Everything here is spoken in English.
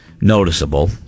noticeable